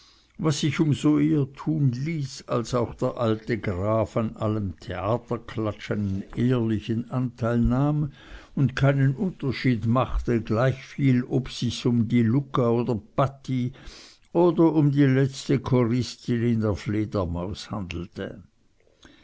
was sich um so eher tun ließ als auch der alte graf an allem theaterklatsch einen ehrlichen anteil nahm und keinen unterschied machte gleichviel ob sich's um die lucca oder patti oder um die letzte choristin in der fledermaus handelte